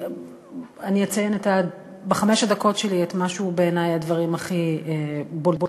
אני אציין בחמש הדקות שלי את מה שהם בעיני הדברים הכי בולטים.